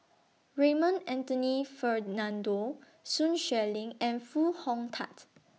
Raymond Anthony Fernando Sun Xueling and Foo Hong Tatt